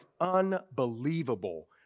unbelievable